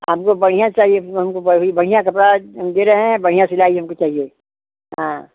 हमको बढ़िया चाहिए हमको बढ़ी बढ़िया कपड़ा दे रहे हैं बढ़िया सिलाई हमको चाहिए हाँ हाँ